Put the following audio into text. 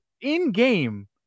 in-game